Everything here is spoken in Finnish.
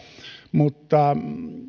mutta